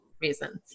reasons